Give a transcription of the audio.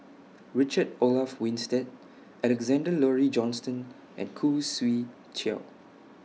Richard Olaf Winstedt Alexander Laurie Johnston and Khoo Swee Chiow